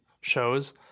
shows